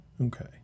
okay